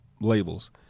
labels